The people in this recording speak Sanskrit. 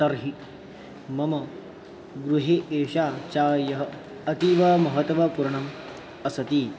तर्हि मम गृहे एषा चायः अतीव महत्त्वपूर्णम् अस्ति